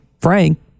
frank